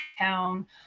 town